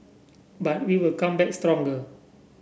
but we will come back stronger